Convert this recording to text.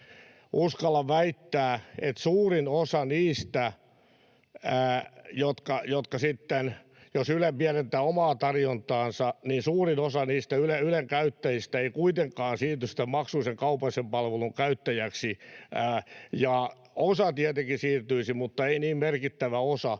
Uskallan väittää, että suurin osa niistä Ylen käyttäjistä, jos Yle pienentää omaa tarjontaansa, ei kuitenkaan siirtyisi tämän maksullisen kaupallisen palvelun käyttäjäksi, osa tietenkin siirtyisi, mutta ei niin merkittävä osa,